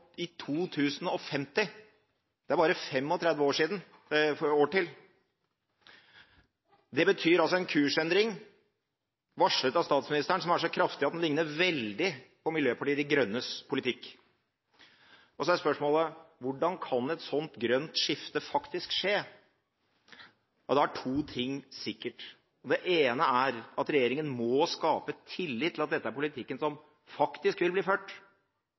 i 2050. Det er bare 35 år til. Det betyr en kursendring, varslet av statsministeren, som er så kraftig at den ligner veldig på Miljøpartiet De Grønnes politikk. Så er spørsmålet: Hvordan kan et sånt grønt skifte faktisk skje? Da er to ting sikre: Det ene er at regjeringen må skape tillit til at dette er politikken som faktisk vil bli ført,